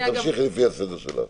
תמשיכי לפי הסדר שלך.